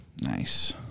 Nice